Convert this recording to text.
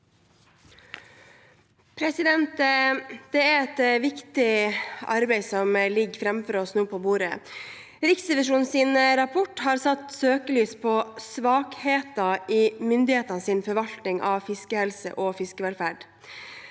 Det er et viktig arbeid som nå ligger framfor oss på bordet. Riksrevisjonens rapport har satt søkelys på svakheter i myndighetenes forvaltning av fiskehelse og fiskevelferd.